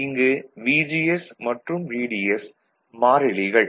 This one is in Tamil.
இங்கு VGS மற்றும் VDS மாறிலிகள்